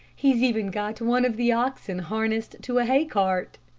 he's even got one of the oxen harnessed to a hay cart.